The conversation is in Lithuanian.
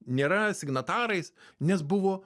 nėra signatarais nes buvo